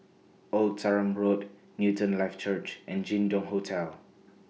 Old Sarum Road Newton Life Church and Jin Dong Hotel